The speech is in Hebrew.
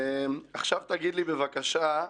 תגיד לי, בבקשה,